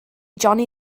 johnny